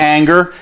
anger